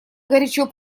горячо